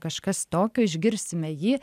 kažkas tokio išgirsime jį